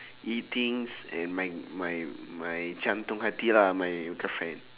eatings and my my my jantung hati lah my girlfriend